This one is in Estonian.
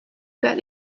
pead